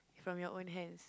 from your own hands